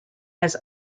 has